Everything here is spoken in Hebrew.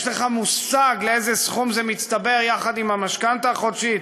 יש לך מושג לאיזה סכום זה מצטבר יחד עם המשכנתה החודשית,